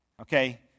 okay